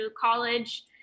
college